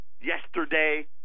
yesterday